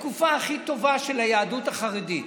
התקופה הכי טובה של היהדות החרדית,